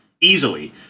easily